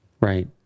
Right